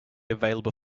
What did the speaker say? available